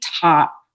top